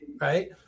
right